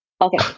okay